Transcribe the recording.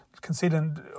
concealing